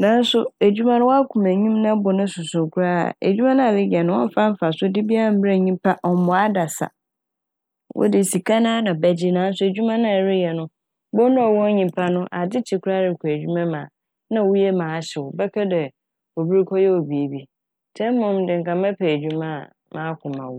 Naaso edwuma no w'akoma nnyi m' na bo no soso koraa mpo a edwuma no a ɛreyɛ no ɔmmfa mfasode bia mbrɛ nyimpa ɔmmboa adasa. Wode sika no a na bɛgye naaso edwuma no a ɛrɛyɛ no bohu dɛ ɔwo nyimpa no adzekye koraa na ɛrokɔ edwuma mu a na wo yamu ahye wo bɛka dɛ obi rekɔyɛ wo biibi ntsi emi mom dze mɛpɛ edwuma a m'akoma wɔ m'.